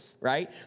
Right